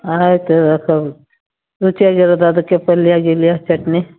ಆಯಿತು ಸೊ ರುಚಿಯಾಗಿರೋದು ಅದಕ್ಕೆ ಪಲ್ಯ ಗಿಲ್ಯ ಚಟ್ನಿ